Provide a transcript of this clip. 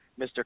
Mr